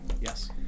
Yes